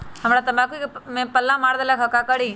हमरा तंबाकू में पल्ला मार देलक ये ला का करी?